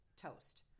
toast